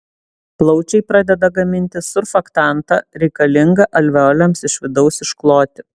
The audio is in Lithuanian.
plaučiai pradeda gaminti surfaktantą reikalingą alveolėms iš vidaus iškloti